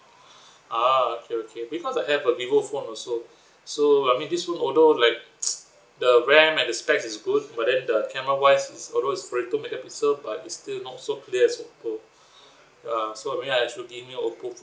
ah okay okay because I have a vivo phone also so this phone I mean although like the RAM and the specs is good but then the camera wise although is very good megapixel but it's still not so clear as oppo uh so for me I should give him oppo phone